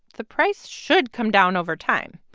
the price should come down over time.